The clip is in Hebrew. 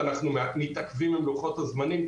אנחנו כמשרד תומכים בשיקוף העלויות החיצוניות.